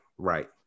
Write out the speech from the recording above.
Right